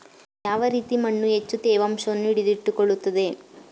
ಯಾವ ರೀತಿಯ ಮಣ್ಣು ಹೆಚ್ಚು ತೇವಾಂಶವನ್ನು ಹಿಡಿದಿಟ್ಟುಕೊಳ್ಳುತ್ತದೆ?